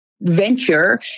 venture